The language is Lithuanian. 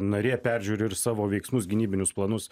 narė peržiūri ir savo veiksmus gynybinius planus